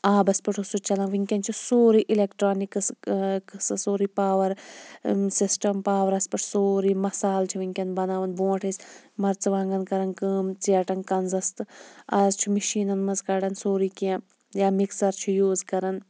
آبَس پیٹھ اوس سُہ چَلان وٕنکٮ۪ن چھُ سورُے اِلیٚکٹرانِکٕس قٕصہٕ سورُے پاوَر سِسٹَم پاورَس پیٹھ سورُے مَسال چھِ وٕنکٮ۪ن بَناوان برٛونٛٹھ ٲسۍ مَرژٕوانٛگَن کَران کٲم ژٮ۪ٹان کَنٛزَس تہٕ آز چھُ مِشیٖنن مَنٛز کَڑان سورُے کینٛہہ یا مِکسَر چھِ یوٗز کَرَان